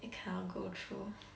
cannot go through